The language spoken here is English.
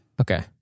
Okay